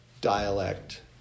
dialect